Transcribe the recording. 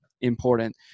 important